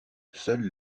seule